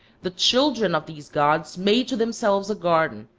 the children of these gods made to themselves a garden,